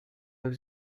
neuf